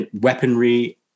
weaponry